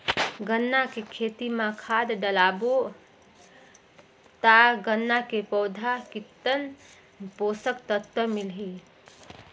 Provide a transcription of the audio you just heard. गन्ना के खेती मां खाद डालबो ता गन्ना के पौधा कितन पोषक तत्व मिलही?